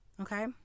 okay